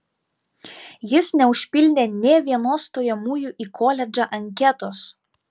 jis neužpildė nė vienos stojamųjų į koledžą anketos